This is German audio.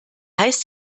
heißt